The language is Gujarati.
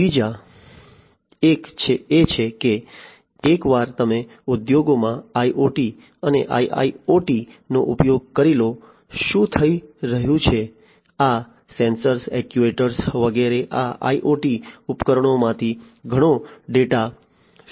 બીજી એક એ છે કે એકવાર તમે ઉદ્યોગોમાં IoT અને IIoT નો ઉપયોગ કરી લો શું થઈ રહ્યું છે આ સેન્સર્સ એક્ટ્યુએટર્સ વગેરે આ IoT ઉપકરણોમાંથી ઘણો ડેટા ફેંકવા જઈ રહ્યા છે